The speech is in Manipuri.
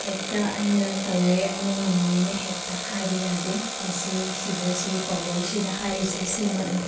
ꯍꯦꯛꯇ ꯑꯩꯅ ꯇꯧꯔꯦ ꯑꯩꯅ ꯉꯝꯃꯦꯅ ꯍꯦꯛꯇ ꯍꯥꯏꯕ ꯌꯥꯗꯦ ꯃꯁꯤ ꯁꯤꯗ ꯁꯤꯒꯤ ꯄꯥꯎꯔꯧꯁꯤꯗ ꯍꯥꯏꯔꯤꯁꯤ ꯁꯤꯃꯛꯅꯤ